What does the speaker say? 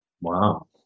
Wow